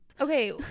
Okay